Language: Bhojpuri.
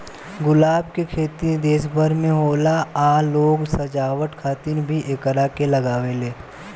गुलाब के खेती देश भर में होला आ लोग सजावट खातिर भी एकरा के लागावेले